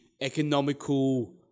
economical